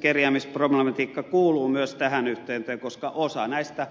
kerjäämisproblematiikka kuuluu myös tähän yhteyteen koska osa näistä